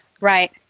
Right